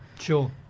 Sure